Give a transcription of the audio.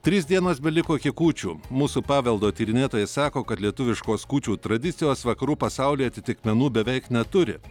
trys dienos beliko iki kūčių mūsų paveldo tyrinėtojai sako kad lietuviškos kūčių tradicijos vakarų pasaulyje atitikmenų beveik neturi